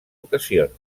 ocasions